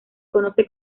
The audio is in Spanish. conoce